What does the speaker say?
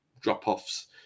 drop-offs